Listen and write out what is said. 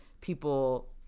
people